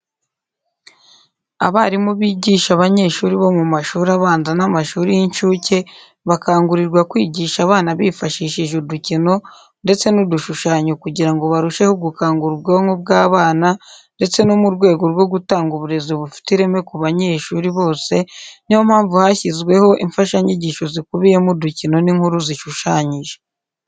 Abarimu bigisha abanyeshuri bo mu mashuri abanza n'amashuri y'incuke bakangurirwa kwigisha abana bifashishije udukino ndetse n'udushushanyo kugira ngo barusheho gukangura ubwonko bw'abana ndetse no mu rwego rwo gutanga uburezi bufite ireme ku banyeshuri bose ni yo mpamvu hashyizweho imfashanyigisho zikubiyemo udukino n'inkuru zishushanyije.